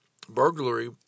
burglary